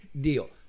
deal